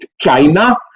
China